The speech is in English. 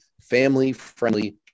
family-friendly